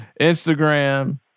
Instagram